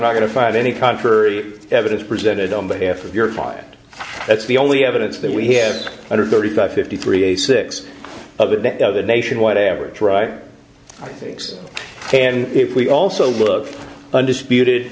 not going to find any contrary evidence presented on behalf of your client that's the only evidence that we have under thirty five fifty three eighty six of the nationwide average right things and if we also look undisputed